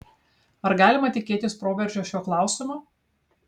ar galima tikėtis proveržio šiuo klausimu